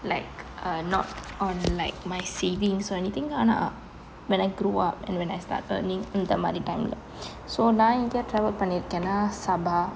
like uh not on like my savings or anything lah when I grew up and when I start earning அந்த மாதிரி:antha maathiri time eh so நான் எங்கே:naa enge travel பண்ணிருக்கேன்னா:pannirukkenna sabah